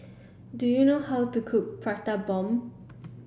do you know how to cook Prata Bomb